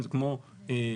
זה כמו --- כן,